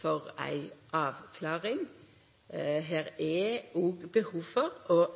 for ei avklaring. Det er òg behov for